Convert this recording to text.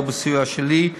היא לא בסיוע שלי,